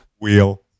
Wheel